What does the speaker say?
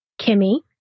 Kimmy